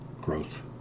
growth